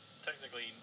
technically